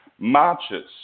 marches